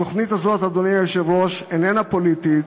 התוכנית הזו, אדוני היושב-ראש, איננה פוליטית.